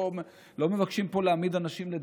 לא מבקשים פה להעמיד אנשים לדין.